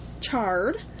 Chard